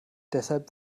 deshalb